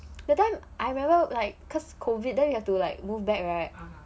that time I remember like cause COVID then you have to like move back right